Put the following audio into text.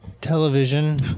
television